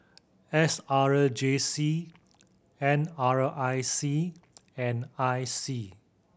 S R J C N R I C and I C